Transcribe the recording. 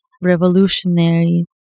revolutionary